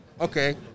Okay